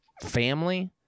family